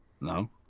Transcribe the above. No